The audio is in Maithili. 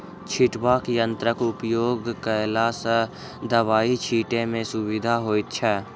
छिटबाक यंत्रक उपयोग कयला सॅ दबाई छिटै मे सुविधा होइत छै